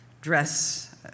dress